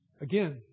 Again